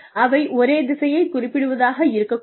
அவை ஒரே திசையை குறிப்பிடுவதாக இருக்கக் கூடும்